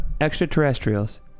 extraterrestrials